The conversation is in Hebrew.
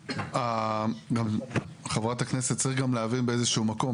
גם חברת הכנסת צריך גם להבין באיזה שהוא מקום,